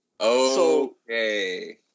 Okay